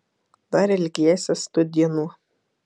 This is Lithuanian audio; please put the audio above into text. dar ilgėsies tų dienų